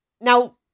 Now